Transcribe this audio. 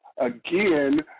again